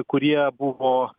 kurie buvo